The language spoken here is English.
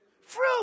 Fruit